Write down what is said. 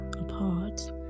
apart